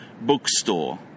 bookstore